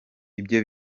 ibyo